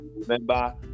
remember